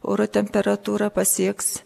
oro temperatūra pasieks